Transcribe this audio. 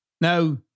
Now